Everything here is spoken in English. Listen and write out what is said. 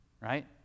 Right